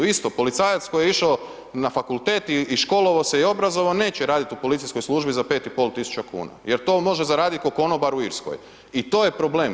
Isto policajac koji je išao na fakultet i školovao se i obrazovao se neće raditi u policijskoj službi za 5.500 kuna jer to može zaraditi kao konobar u Irskoj i to je problem.